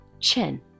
chin